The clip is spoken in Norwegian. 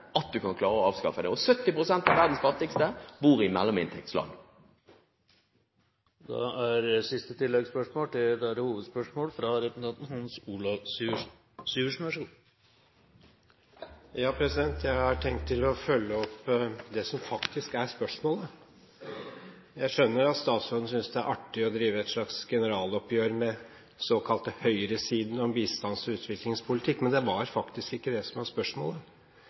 kan klare å avskaffe den. 70 pst. av verdens fattigste bor i mellominntektsland. Hans Olav Syversen – til siste oppfølgingsspørsmål. Jeg har tenkt å følge opp det som faktisk er spørsmålet. Jeg skjønner at statsråden synes det er artig å drive et slags generaloppgjør med den såkalte høyresiden om bistands- og utviklingspolitikk, men det var faktisk ikke det som var spørsmålet.